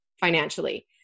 financially